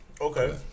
Okay